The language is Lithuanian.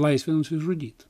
laisvė nusižudyt